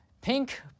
pink